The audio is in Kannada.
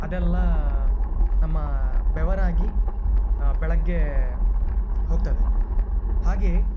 ಅದೆಲ್ಲ ನಮ್ಮ ಬೆವರಾಗಿ ಬೆಳಗ್ಗೆ ಹೋಗ್ತದೆ ಹಾಗೆಯೇ